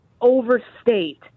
overstate –